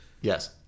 yes